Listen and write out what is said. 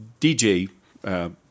DJ